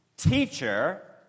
Teacher